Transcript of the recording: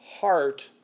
heart